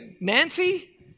Nancy